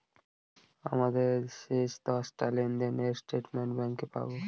আমাদের শেষ দশটা লেনদেনের স্টেটমেন্ট ব্যাঙ্কে পাবো